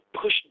push